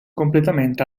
completamente